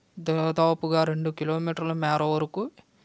దాదాపుగా రెండు కిలోమీటర్ల మేర వరుకు